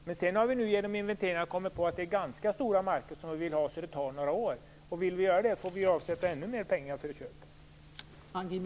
Genom inventeringar har vi nu kommit på att det är ganska stora marker som vi vill ha, och det tar några år. Om vi vill göra det får vi avsätta ännu mer pengar för köp.